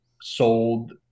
sold